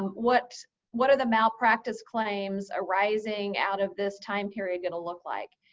what what are the malpractice claims arising out of this time period going to look like?